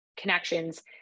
connections